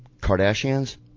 Kardashians